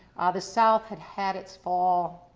the south had had its fall.